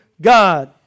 God